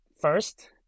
first